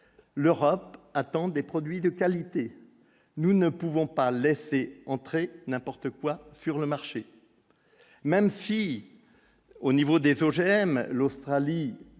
l'Europe attend des produits de qualité, nous ne pouvons pas laisser entrer n'importe quoi sur le marché, même si au niveau des OGM, l'Australie,